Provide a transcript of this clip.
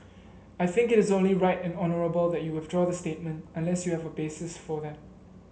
I think it is only right and honourable that you withdraw the statement unless you have a basis for that